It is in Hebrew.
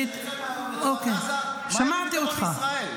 אני שמעתי אותך.